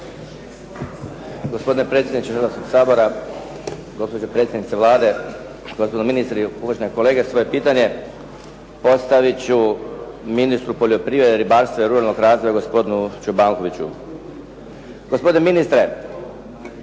Gospodine predsjedniče Hrvatskog sabora, gospođo predsjednice Vlade, gospodine ministri, uvažene kolege. Svoje pitanje postavit ću ministru poljoprivrede, ribarstva i ruralnog razvoja, gospodinu Čobankoviću. Gospodine ministre,